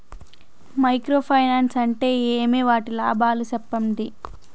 Micro finance అంటే ఏమి? వాటి లాభాలు సెప్పండి?